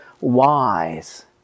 wise